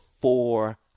four